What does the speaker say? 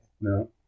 No